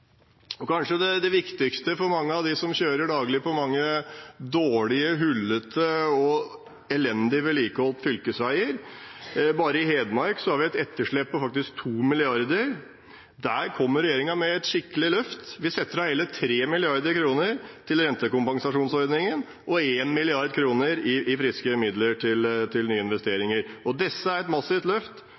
viktigste for mange av dem som daglig kjører på mange dårlige, hullete og elendig vedlikeholdte fylkesveier, hvor vi bare i Hedmark har et etterslep på 2 mrd. kr: Der kommer regjeringen med et skikkelig løft. Vi setter av hele 3 mrd. kr til rentekompensasjonsordningen og 1 mrd. kr i friske midler til nye investeringer. Dette er et massivt løft,